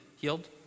healed